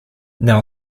now